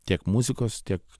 tiek muzikos tiek